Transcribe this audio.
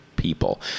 people